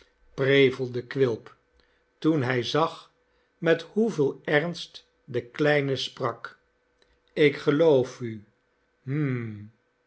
prevelde quilp toen hij zag met hoeveel ernst de kleine sprak ik geloof u